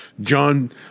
John